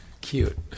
Cute